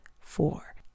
four